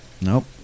Nope